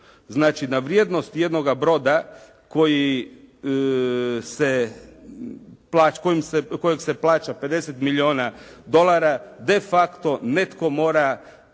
Znači, na vrijednost jednoga broda koji se plaća 50 milijuna dolara de facto netko mora